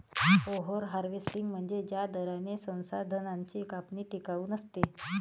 over harvesting म्हणजे ज्या दराने संसाधनांची कापणी टिकाऊ नसते